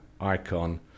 Icon